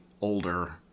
older